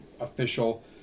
official